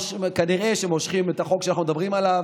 כנראה שמושכים את החוק שאנחנו מדברים עליו,